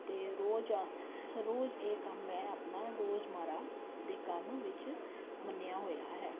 ਅਤੇ ਰੋਜ਼ ਰੋਜ਼ ਇਹ ਕੰਮ ਮੈਂ ਆਪਣਾ ਰੋਜ਼ਮੱਰਾ ਦੇ ਕੰਮ ਵਿੱਚ ਮੰਨਿਆ ਹੋਇਆ ਹੈ